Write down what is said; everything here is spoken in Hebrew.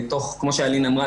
כמו שאלין אמרה,